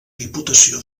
diputació